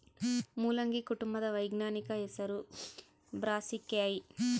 ಮುಲ್ಲಂಗಿ ಕುಟುಂಬದ ವೈಜ್ಞಾನಿಕ ಹೆಸರು ಬ್ರಾಸಿಕೆಐ